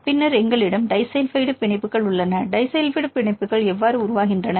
பின்னர் எங்களிடம் டிஸல்பைட் பிணைப்புகள் உள்ளன டிஸல்பைட் பிணைப்புகள் எவ்வாறு உருவாகின்றன